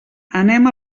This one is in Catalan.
anem